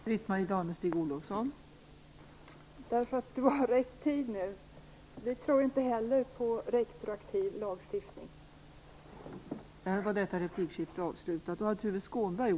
Fru talman! Därför att det var rätt tid nu. Vänsterpartiet tror inte heller på retroaktiv lagstiftning.